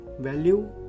Value